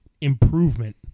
improvement